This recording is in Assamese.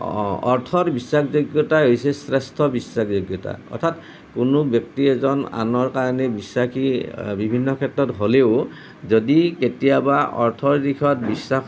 অৰ্থৰ বিশ্বাসযোগ্যতাই হৈছে শ্ৰেষ্ঠ বিশ্বাসযোগ্যতা অৰ্থাৎ কোনো ব্যক্তি এজন আনৰ কাৰণে বিশ্বাসী বিভিন্ন ক্ষেত্ৰত হ'লেও যদি কেতিয়াবা অৰ্থৰ দিশত বিশ্বাস